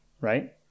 right